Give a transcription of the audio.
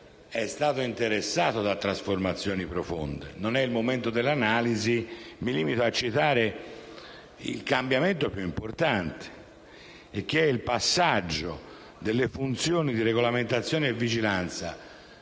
è stato interessato da trasformazioni profonde. Non è il momento dell'analisi. Mi limito a citare il cambiamento più importante, il passaggio delle funzioni di regolamentazioni e vigilanza